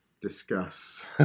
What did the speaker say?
discuss